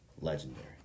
Legendary